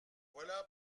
voilà